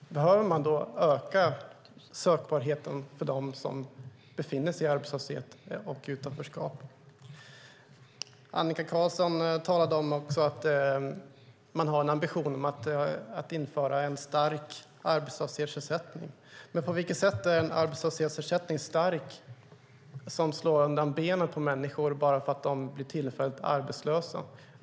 Behöver man då öka sökbarheten för dem som befinner sig i arbetslöshet och utanförskap? Annika Qarlsson sade också att man har en ambition att införa en stark arbetslöshetsersättning. Men på vilket sätt är en arbetslöshetsersättning stark som slår undan benen på människor bara därför att de blir tillfälligt arbetslösa?